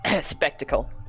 Spectacle